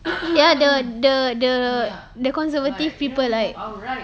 ya the the the the conservative people like